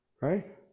Right